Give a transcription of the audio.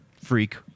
freak